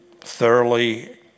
thoroughly